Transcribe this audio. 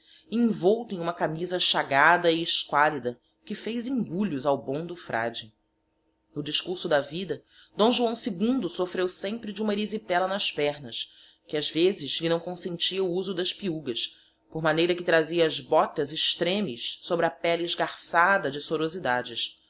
envolto em uma camisa chagada e esqualida que fez engulhos ao bom do frade no discurso da vida d joão ii soffreu sempre de uma erysipela nas pernas que ás vezes lhe não consentia o uso das piugas por maneira que trazia as botas estremes sobre a pelle esgarçada de sorosidades